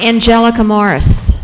angelica morris